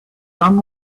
done